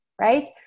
right